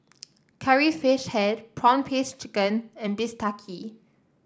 Curry Fish Head prawn paste chicken and bistake